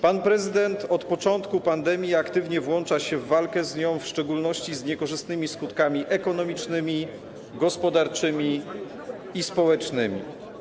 Pan prezydent od początku pandemii aktywnie włącza się w walkę z nią, w szczególności z niekorzystnymi skutkami ekonomicznymi, gospodarczymi i społecznymi.